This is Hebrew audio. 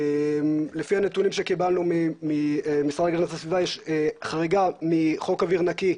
לפי הנתונים שקיבלנו מהמשרד להגנת הסביבה יש חריגה מחוק אוויר נקי,